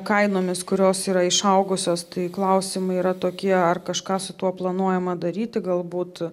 kainomis kurios yra išaugusios tai klausimai yra tokie ar kažką su tuo planuojama daryti galbūt